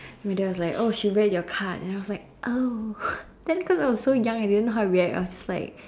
and my dad was like oh she read your card and I was like oh then cause I was so young I didn't know how to react I was just like